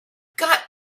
got